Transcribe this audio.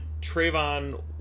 Trayvon